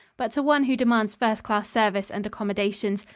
but to one who demands first-class service and accommodations,